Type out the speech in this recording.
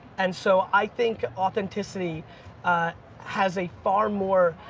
and so i think authenticity has a far more,